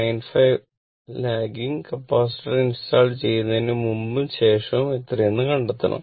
95 lagging capacitor install ചെയ്യുന്നതിന് മുമ്പും ശേഷവും എത്രയെന്നു കണ്ടെത്തണം